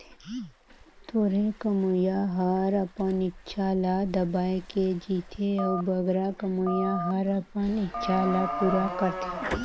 थोरहें कमोइया हर अपन इक्छा ल दबाए के जीथे अउ बगरा कमोइया हर अपन इक्छा ल पूरा करथे